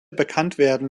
bekanntwerden